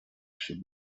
sibh